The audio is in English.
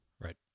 Right